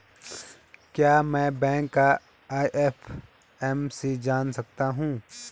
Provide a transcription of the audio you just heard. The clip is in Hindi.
क्या मैं बैंक का आई.एफ.एम.सी जान सकता हूँ?